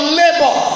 labor